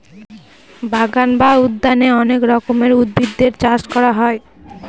বাগান বা উদ্যানে অনেক রকমের উদ্ভিদের চাষ করা হয়